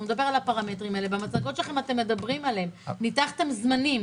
הוא מדבר על העלות התפעולית כי אתם צריכים להתחיל לעבוד.